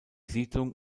siedlung